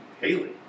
Haley